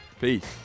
Peace